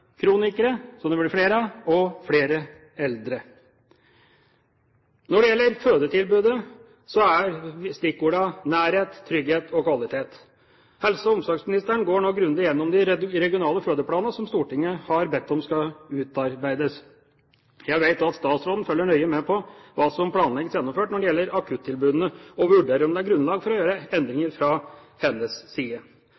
kronikere, som det blir flere av, og eldre. Når det gjelder fødetilbudet, er stikkordene nærhet, trygghet og kvalitet. Helse- og omsorgsministeren går nå grundig gjennom de regionale fødeplanene som Stortinget har bedt dem om å utarbeide. Jeg vet at statsråden følger nøye med på hva som planlegges gjennomført når det gjelder akuttilbudene, og vurderer om det er grunnlag for å gjøre